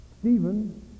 Stephen